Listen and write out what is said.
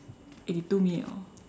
eh two minute orh